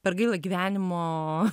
per gaila gyvenimo